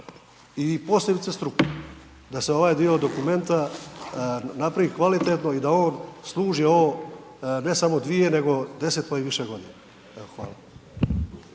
i posebice struku da se ovaj dio dokumenta napravi kvalitetno i da on služi ovo, ne samo 2 nego 10 pa i više godina. Evo,